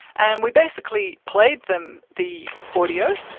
and we basically played them the audio,